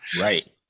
Right